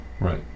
right